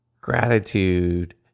gratitude